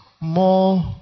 more